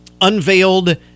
unveiled